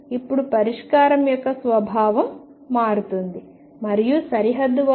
ఇప్పుడు పరిష్కారం యొక్క స్వభావం మారుతుంది మరియు సరిహద్దు వద్ద xL2